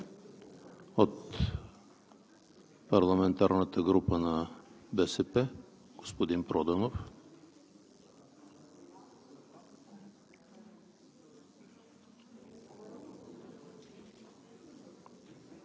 Не виждам. От парламентарната група на БСП – господин Проданов.